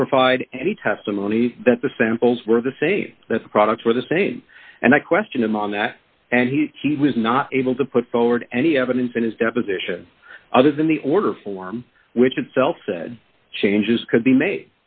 to provide any testimony that the samples were the same that the products were the same and i question him on that and he was not able to put forward any evidence in his deposition other than the order form which itself said changes could be made